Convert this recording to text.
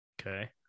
okay